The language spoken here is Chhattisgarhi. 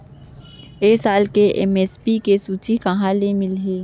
ए साल के एम.एस.पी के सूची कहाँ ले मिलही?